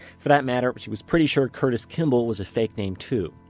for that matter, but she was pretty sure curtis kimball was a fake name, too.